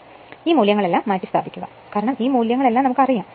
അതിനാൽ ഈ മൂല്യങ്ങളെല്ലാം മാറ്റിസ്ഥാപിക്കുക കാരണം ഈ മൂല്യങ്ങളെല്ലാം നമുക്ക് അറിയാം